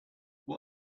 what